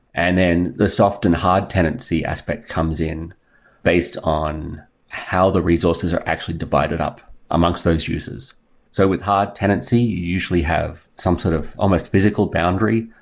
and then the soft and hard tenancy aspect comes in based on how the resources are actually divided up amongst those users so with hard tenancy, you usually have some sort of almost physical boundary.